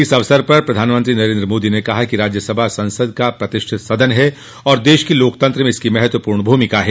इस अवसर पर प्रधानमंत्री नरेन्द्र मोदी ने कहा कि राज्यसभा संसद का प्रतिष्ठित सदन है और देश के लोकतंत्र में इसकी महत्वपूर्ण भूमिका है